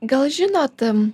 gal žinot